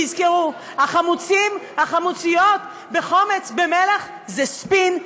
תזכרו, החמוצים, החמוציות וחומץ במלח, זה ספין,